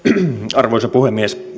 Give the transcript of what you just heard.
arvoisa puhemies